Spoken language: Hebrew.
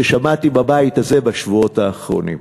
ששמעתי בבית הזה בשבועות האחרונים.